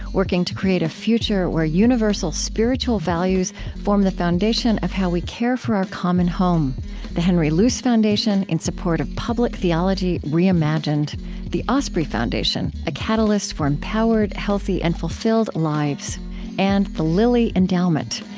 working to create a future where universal spiritual values form the foundation of how we care for our common home the henry luce foundation, in support of public theology reimagined the osprey foundation, a catalyst for empowered, healthy, and fulfilled lives and the lilly endowment,